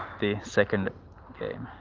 the second game